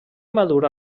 madura